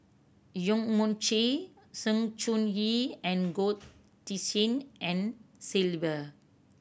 Yong Mun Chee Sng Choon Yee and Goh Tshin En Sylvia